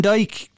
Dyke